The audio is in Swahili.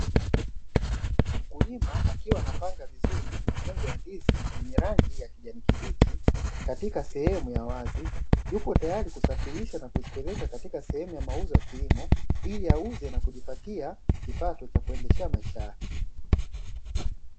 Mkulima akiwa anapanga vizuri mikungu ya ndizi yenye rangi ya kijani kibichi katika sehemu ya wazi. Yupo tayari kusafirisha na kupieleka sehemu ya mauzo ya kilimo, ili auze na kujipatia kipato cha kuendeshea maisha yake.